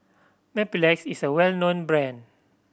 Mepilex is well known brand